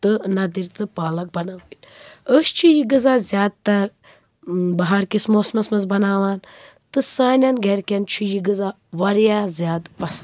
تہٕ نَدٕر ۍ تہٕ پالک بَناوٕنۍ أسۍ چھِ یہِ غذا زیادٕ تر بَہارکِس موسمَس منٛز بَناوان تہٕ سانٮ۪ن گَرِکٮ۪ن چھُ یہِ غذا واریاہ زیادٕ پسنٛد